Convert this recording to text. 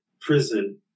prison